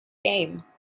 game